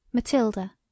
Matilda